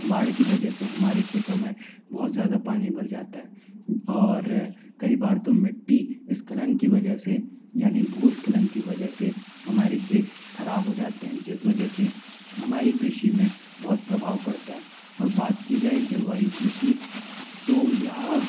बाढ़ की वजह से हमारे खेतों में बहुत ज़्यादा पानी भर जाता है और कई बार तो मिट्टी स्खलन की वजा से यानी भूस्खलन की वजह से हमारे खेत ख़राब हो जाते हैं जिस वजह से हमारी कृषि में बहुत प्रभाव पड़ता है और बात की जाए जलवायु कृषि तो यह